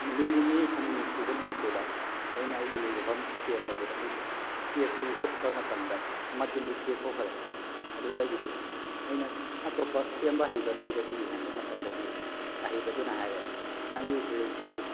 ꯅꯨꯃꯤꯠ ꯅꯤꯅꯤ ꯍꯨꯝꯅꯤ ꯁꯨꯕ ꯅꯨꯃꯤꯠꯇꯨꯗ ꯑꯩꯅ ꯑꯩ ꯂꯨꯖꯐꯝ ꯁꯦꯝꯕꯗꯨꯗ ꯑꯩꯅ ꯆꯦꯛꯇꯨ ꯍꯨꯠꯄ ꯃꯇꯝꯗ ꯃꯆꯤꯟꯗꯨ ꯇꯦꯛꯊꯣꯛꯈ꯭ꯔꯦ ꯑꯗꯨꯗꯒꯤꯗꯤ ꯑꯩꯅ ꯑꯇꯣꯞꯄ ꯁꯦꯝꯕ ꯍꯩꯕ ꯃꯤꯗꯁꯨ ꯌꯦꯡꯍꯟꯕ ꯃꯇꯝꯗꯗꯤ ꯑꯍꯩꯕꯗꯨꯅ ꯍꯥꯏꯔꯛꯑꯦ ꯅꯪꯒꯤ ꯗ꯭ꯔꯤꯜꯁꯤꯗꯤ